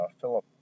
Philip